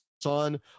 Son